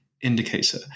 indicator